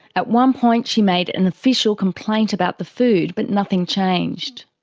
at one point she made an official complaint about the food, but nothing changed.